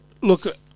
look